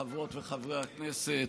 חברות וחברי הכנסת,